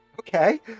Okay